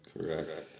Correct